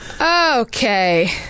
Okay